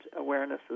awarenesses